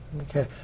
Okay